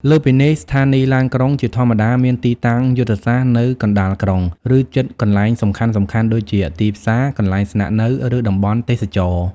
លើសពីនេះ ស្ថានីយ៍ឡានក្រុង ជាធម្មតាមានទីតាំងយុទ្ធសាស្ត្រនៅ កណ្តាលក្រុង ឬ ជិតកន្លែងសំខាន់ៗ ដូចជាទីផ្សារ កន្លែងស្នាក់នៅ ឬតំបន់ទេសចរណ៍។